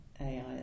AI